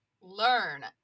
learn